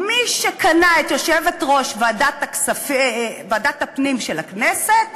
מי שקנה את יושבת-ראש ועדת הפנים של הכנסת